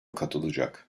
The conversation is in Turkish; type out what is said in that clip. katılacak